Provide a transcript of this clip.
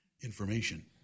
information